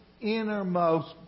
innermost